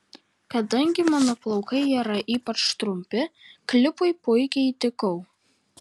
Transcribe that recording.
kadangi mano plaukai yra ypač trumpi klipui puikiai tikau